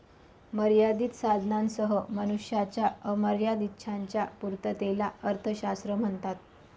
मर्यादित साधनांसह मनुष्याच्या अमर्याद इच्छांच्या पूर्ततेला अर्थशास्त्र म्हणतात